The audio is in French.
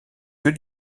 que